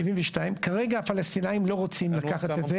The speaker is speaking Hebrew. כרגע הפלסטינים לא רוצים לקחת את זה.